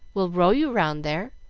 we'll row you round there.